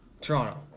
Toronto